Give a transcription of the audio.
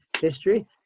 history